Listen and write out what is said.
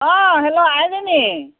অঁ হেল্ল' আইজনী